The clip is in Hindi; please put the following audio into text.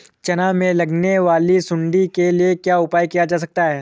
चना में लगने वाली सुंडी के लिए क्या उपाय किया जा सकता है?